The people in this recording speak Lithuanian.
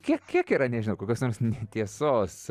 kiek kiek yra nežinau kokios nors tiesos